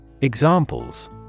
examples